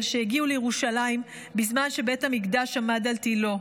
שהגיעו לירושלים בזמן שבית המקדש עמד על תילו: